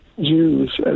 Jews